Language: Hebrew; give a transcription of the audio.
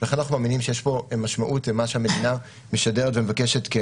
לכן אנחנו מאמינים שיש פה משמעות למה שהמדינה משדרת ומבקשת.